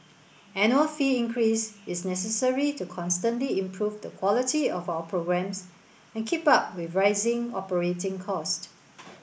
annual fee increase is necessary to constantly improve the quality of our programmes and keep up with rising operating cost